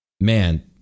Man